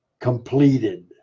completed